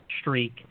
streak